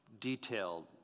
detailed